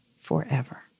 forever